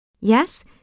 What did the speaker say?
Yes